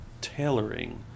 tailoring